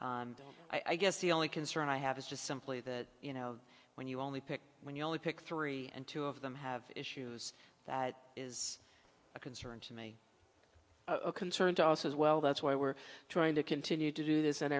i guess the only concern i have is just simply that you know when you only pick when you only pick three and two of them have issues that is a concern to me a concern to us as well that's why we're trying to continue to